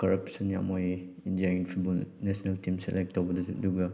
corruption ꯌꯥꯝ ꯑꯣꯏꯌꯦ ꯏꯟꯗꯤꯌꯥꯒꯤ ꯐꯨꯠꯕꯣꯜ ꯅꯦꯁꯅꯦꯜ ꯇꯤꯝ ꯁꯦꯂꯦꯛ ꯇꯧꯕꯗꯁꯨ ꯑꯗꯨꯒ